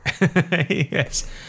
yes